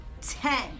ten